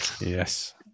Yes